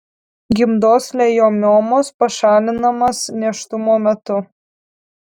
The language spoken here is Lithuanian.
gimdos lejomiomos pašalinamas nėštumo metu